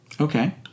Okay